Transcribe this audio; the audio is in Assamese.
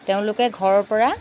তেওঁলোকে ঘৰৰ পৰা